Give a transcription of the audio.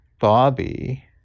Bobby